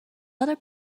other